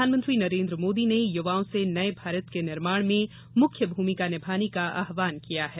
प्रधानमंत्री नरेन्द्र मोदी ने यूवाओं से नये भारत के निर्माण में मुख्य भूमिका निभाने का आहवान किया है